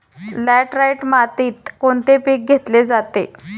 Laterite मातीत कोणते पीक घेतले जाते?